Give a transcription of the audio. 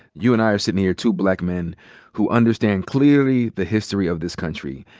you and i are sitting here, two black men who understand clearly the history of this country.